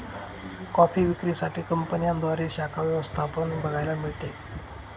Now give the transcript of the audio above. coffee विक्री साठी कंपन्यांद्वारे शाखा व्यवस्था पण बघायला मिळते